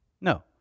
No